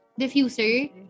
diffuser